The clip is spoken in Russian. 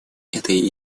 этой